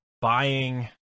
buying